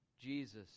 Jesus